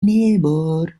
neighbor